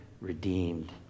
redeemed